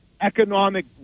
economic